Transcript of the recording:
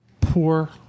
poor